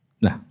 Nah